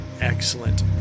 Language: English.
Excellent